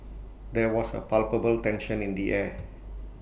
there was A palpable tension in the air